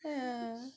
yeah